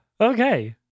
okay